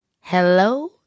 hello